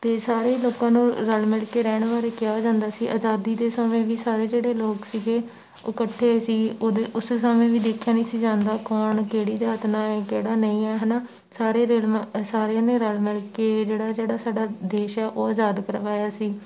ਅਤੇ ਸਾਰੇ ਲੋਕਾਂ ਨੂੰ ਰਲ ਮਿਲ ਕੇ ਰਹਿਣ ਬਾਰੇ ਕਿਹਾ ਜਾਂਦਾ ਸੀ ਆਜ਼ਾਦੀ ਦੇ ਸਮੇਂ ਵੀ ਸਾਰੇ ਜਿਹੜੇ ਲੋਕ ਸੀਗੇ ਉਹ ਇਕੱਠੇ ਸੀ ਉਹਦੇ ਉਸ ਸਮੇਂ ਵੀ ਦੇਖਿਆ ਨਹੀਂ ਸੀ ਜਾਂਦਾ ਕੌਣ ਕਿਹੜੀ ਜਾਤ ਨਾਲ ਹੈ ਕਿਹੜਾ ਨਹੀਂ ਹੈ ਹੈ ਨਾ ਸਾਰੇ ਸਾਰਿਆਂ ਨੇ ਰਲ ਮਿਲ ਕੇ ਜਿਹੜਾ ਜਿਹੜਾ ਸਾਡਾ ਦੇਸ਼ ਹੈ ਉਹ ਆਜ਼ਾਦ ਕਰਵਾਇਆ ਸੀ